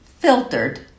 filtered